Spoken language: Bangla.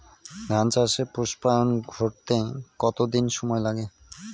ধান চাষে পুস্পায়ন ঘটতে কতো দিন সময় লাগে?